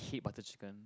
hate butter chicken